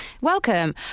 Welcome